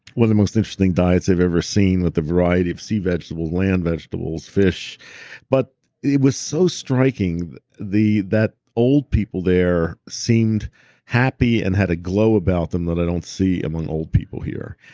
one of the most interesting diets they've ever seen with the variety of sea vegetables, land vegetables, fish but it was so striking that old people there seemed happy and had a glow about them that i don't see among old people here.